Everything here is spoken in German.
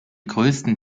größten